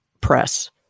press